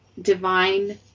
divine